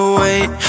wait